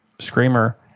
screamer